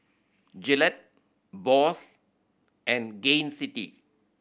Gillette Bose and Gain City